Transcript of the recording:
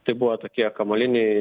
tai buvo tokie kamuoliniai